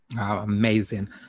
Amazing